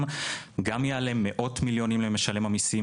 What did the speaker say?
גם יעלה מאות מיליונים למשלם המיסים,